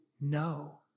no